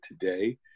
today